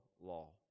law